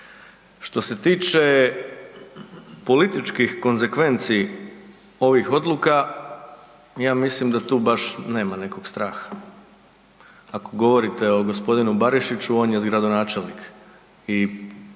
Što se tiče političkih konsekvenci ovih odluka, ja mislim da tu baš nema nekog straha. Ako govorite o gospodinu Barišiću on je gradonačelnik i ako